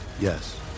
Yes